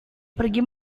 pergi